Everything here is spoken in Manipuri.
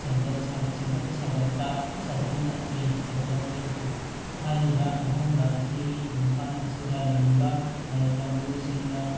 ꯁꯦꯝꯒꯠ ꯁꯥꯒꯠ ꯁꯦꯝꯒꯠ ꯁꯥꯒꯠꯄ ꯆꯥꯎꯈꯠꯂꯛꯂꯤ ꯆꯥꯎꯈꯠꯂꯛꯂꯤ ꯍꯥꯏꯔꯤꯕ ꯑꯍꯣꯡꯕ ꯑꯁꯤꯒꯤ ꯌꯨꯝꯐꯝ ꯑꯁꯤꯗ ꯂꯩꯔꯤꯕ ꯂꯩꯔꯤꯕ ꯃꯤꯌꯣꯏꯁꯤꯡꯅ